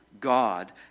God